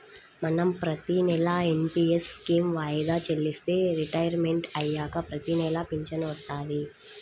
మనం ప్రతినెలా NPS scheme వాయిదా చెల్లిస్తే రిటైర్మంట్ అయ్యాక ప్రతినెలా పింఛను వత్తది